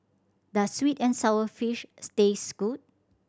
does sweet and sour fish taste good